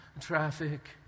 traffic